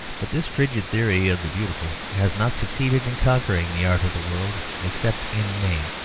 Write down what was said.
but this frigid theory of the beautiful has not succeeded in conquering the art of the world, except in name.